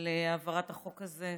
על העברת החוק הזה.